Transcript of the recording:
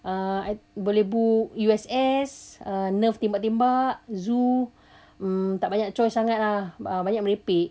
uh I boleh book U_S_S uh nerf tembak-tembak zoo mm tak banyak choice sangat ah banyak merepek